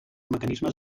mecanismes